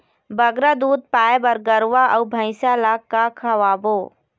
बगरा दूध पाए बर गरवा अऊ भैंसा ला का खवाबो?